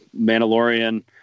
Mandalorian